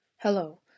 Hello